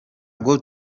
bwo